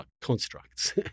constructs